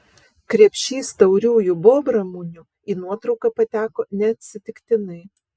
krepšys tauriųjų bobramunių į nuotrauką pateko neatsitiktinai